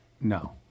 No